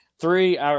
Three